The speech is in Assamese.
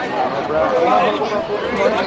মৰাণৰ পৰা আপোনাৰ ঘৰ কোত ক'ত হয়